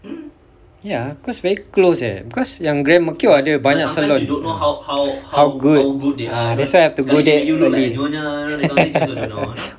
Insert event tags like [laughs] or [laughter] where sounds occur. ya cause very close eh because yang grand mercure ada banyak salon ya how good ah that's why I have to go there okay [laughs]